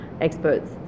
experts